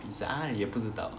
pizza 也不知道